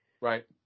Right